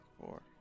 four